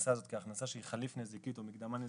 ההכנסה הזאת כהכנסה שהיא חליף-נזיקית או מקדמה נזיקית,